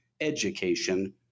education